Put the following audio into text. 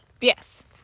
yes